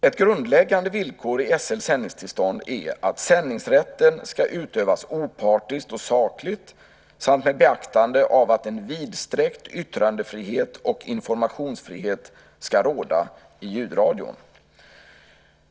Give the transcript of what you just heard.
Ett grundläggande villkor i SR:s sändningstillstånd är att sändningsrätten ska utövas opartiskt och sakligt samt med beaktande av att en vidsträckt yttrandefrihet och informationsfrihet ska råda i ljudradion.